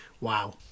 wow